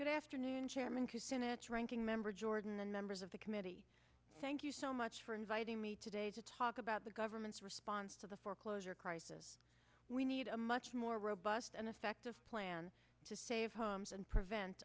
good afternoon chairman ranking member jordan and members of the committee thank you so much for inviting me today to talk about the government's response to the foreclosure crisis we need a much more robust and effective plan to save homes and prevent